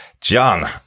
john